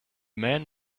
men